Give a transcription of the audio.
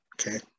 Okay